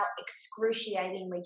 excruciatingly